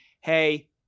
hey